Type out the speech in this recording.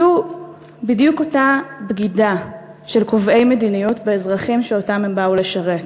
זו בדיוק אותה בגידה של קובעי מדיניות באזרחים שאותם הם באו לשרת,